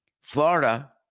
Florida